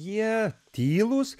jie tylūs